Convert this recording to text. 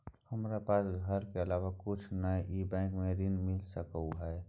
हमरा पास घर के अलावा कुछ नय छै ई बैंक स ऋण मिल सकलउ हैं?